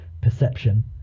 perception